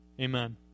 Amen